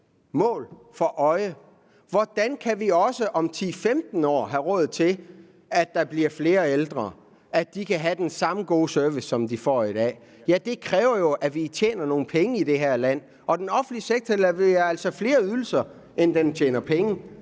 mål for øje: Hvordan kan vi også om 10-15 år have råd til, at de flere ældre, der vil være, kan få den samme gode service, som de får i dag? Det kræver jo, at vi tjener nogle penge i det her land, og den offentlige sektor leverer altså ydelser for flere penge,